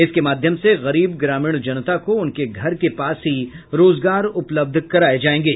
इसके माध्यम से गरीब ग्रामीण जनता को उनके घर के पास ही रोजगार उपलब्ध कराए जाएंगे